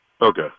Okay